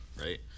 right